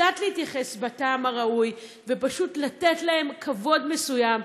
קצת להתייחס בטעם הראוי ופשוט לתת כבוד מסוים.